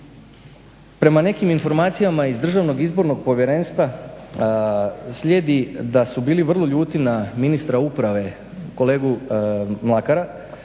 Prema nekim informacijama iz Državnog izbornog povjerenstva slijedi da su bili vrlo ljuti na ministra uprave, kolegu Mlakara